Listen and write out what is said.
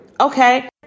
Okay